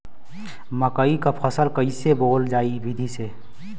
मकई क फसल कईसे बोवल जाई विधि से?